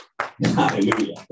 Hallelujah